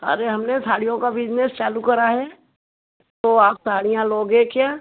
अरे हमने साड़ियों का बिजनेस चालू करा है तो आप साड़ियाँ लोगे क्या